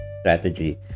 strategy